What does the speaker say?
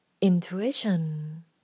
intuition